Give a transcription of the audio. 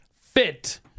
fit